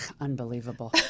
unbelievable